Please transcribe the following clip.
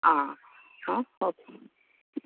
आं आं ओके